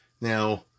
now